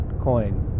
Coin